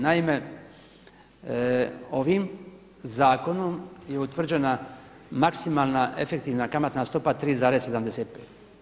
Naime, ovim zakonom je utvrđena maksimalna efektivna kamatna stopa 3,75.